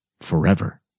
forever